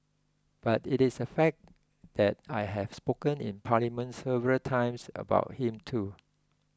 but it is a fact that I have spoken in Parliament several times about him too